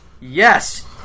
Yes